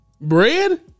Bread